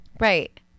Right